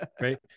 right